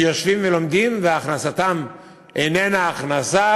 שיושבים ולומדים והכנסתם איננה הכנסה,